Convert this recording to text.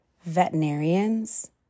veterinarians